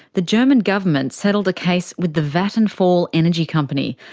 the german government settled a case with the vattenfall energy company,